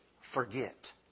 forget